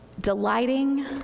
delighting